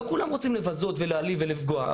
לא כולם רוצים לבזות ולהעליב ולפגוע,